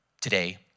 today